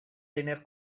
tener